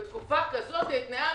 בתקופה כזאת את תנאי המכרז.